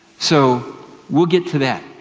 so we'll get to that.